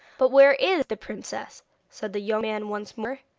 but where is the princess said the young man once more,